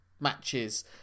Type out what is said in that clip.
matches